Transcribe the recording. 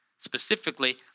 Specifically